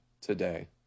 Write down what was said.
today